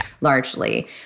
largely